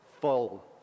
full